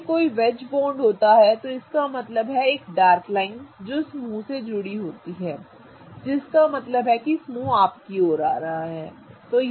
जब भी कोई वेज होता है तो इसका मतलब है कि एक डार्क लाइन जो समूह से जुड़ी होती है जिसका मतलब है कि समूह आपकी ओर आ रहा है ठीक है